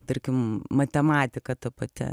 tarkim matematika ta pati